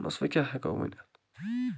ووٚنمَس وَنہِ کیٛاہ ہیکو ؤنِتھ